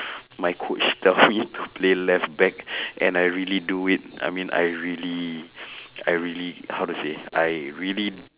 my coach tell me to play left back and I really do it I mean I really I really how to say I really